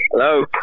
Hello